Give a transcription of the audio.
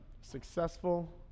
successful